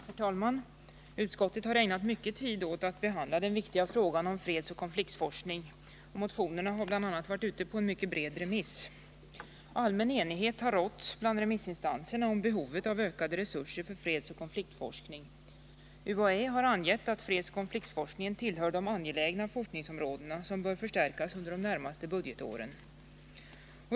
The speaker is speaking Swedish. Herr talman! Utskottet har ägnat mycket tid åt att behandla den viktiga frågan om fredsoch konfliktforskning. Bl. a. har motionerna varit ute på en mycket bred remiss. Allmän enighet har rått bland remissinstanserna om behovet av ökade resurser för fredsoch konfliktforskning. UHÄ har angett att fredsoch konfliktforskningen tillhör de angelägna forskningsområden som bör förstärkas under de närmaste budgetåren.